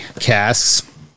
casks